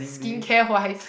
skincare wise